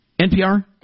NPR